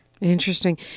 Interesting